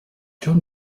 john